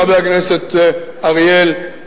חבר הכנסת אריאל,